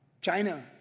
China